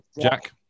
Jack